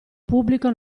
pubblico